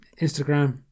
Instagram